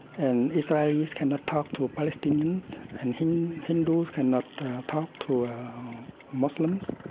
and israelis cannot talk to palestinians, and hindus hindus cannot talk to muslims.